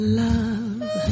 love